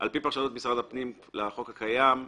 על פי פרשנות משרד הפנים לחוק הקיים,